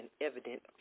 evident